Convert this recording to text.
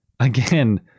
Again